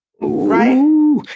Right